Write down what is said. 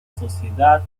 sociedad